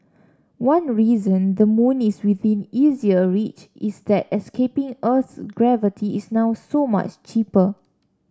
one reason the moon is within easier reach is that escaping earth's gravity is now so much cheaper